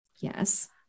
yes